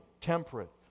temperate